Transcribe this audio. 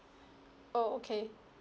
oh okay